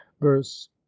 verse